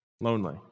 lonely